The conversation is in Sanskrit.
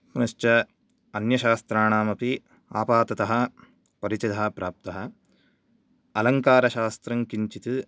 पुनश्च अन्यशास्त्राणामपि आपततः परिचयः प्राप्तः आलङ्कारशास्त्रं किञ्चित्